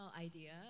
idea